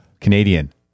Canadian